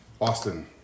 Austin